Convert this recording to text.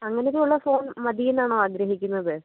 അങ്ങനെ ഒക്കെയുള്ള ഫോൺ മതി എന്നാണോ ആഗ്രഹിക്കുന്നത്